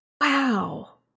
wow